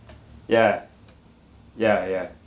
ya ya ya